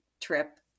trip